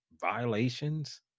violations